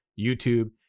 youtube